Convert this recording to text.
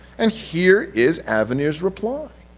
and here is avenir's reply.